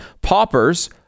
paupers